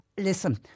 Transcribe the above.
Listen